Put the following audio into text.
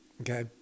okay